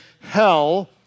hell